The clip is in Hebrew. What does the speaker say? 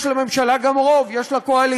יש לממשלה גם רוב, יש לה קואליציה.